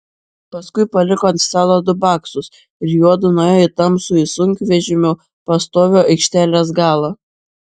paskui paliko ant stalo du baksus ir juodu nuėjo į tamsųjį sunkvežimių postovio aikštelės galą